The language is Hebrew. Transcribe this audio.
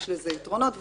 יש לזה יתרונות וחסרונות.